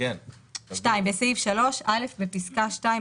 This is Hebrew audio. "ו-(3)"; בסעיף 3- בפסקה (2),